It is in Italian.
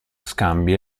scambi